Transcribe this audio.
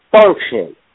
function